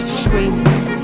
screaming